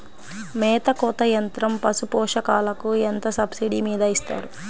మేత కోత యంత్రం పశుపోషకాలకు ఎంత సబ్సిడీ మీద ఇస్తారు?